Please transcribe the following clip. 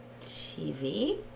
TV